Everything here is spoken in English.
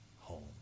home